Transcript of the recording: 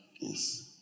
Yes